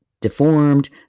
deformed